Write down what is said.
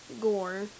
gore